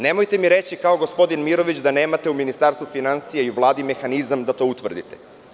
Nemojte mi reći, kao gospodin Mirović, da nemate u Ministarstvu finansija i u Vladi mehanizam da to utvrdite.